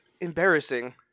embarrassing